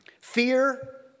Fear